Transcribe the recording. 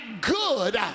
good